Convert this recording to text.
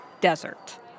desert